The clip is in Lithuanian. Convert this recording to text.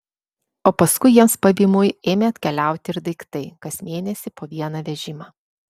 o paskui jiems pavymui ėmė atkeliauti ir daiktai kas mėnesį po vieną vežimą